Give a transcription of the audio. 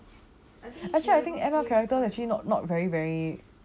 actually I think M_L character actually not not very very